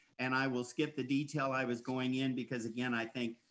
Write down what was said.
and i will skip the detail i was going in because again, i think,